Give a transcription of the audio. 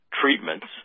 treatments